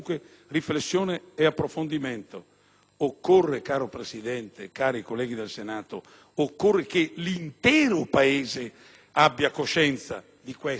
Cara Presidente, cari colleghi del Senato, occorre che l'intero Paese abbia coscienza di questo, di ciò che noi andiamo a proporre.